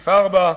בסעיף 4,